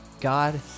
God